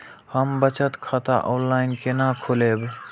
हम बचत खाता ऑनलाइन केना खोलैब?